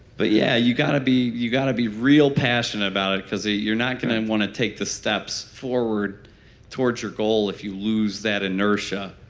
but yeah you got to be you got to be real passionate about it cause ah you're not going to and want to take the steps forward towards your goal if you lose that inertia